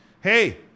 hey